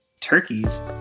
turkeys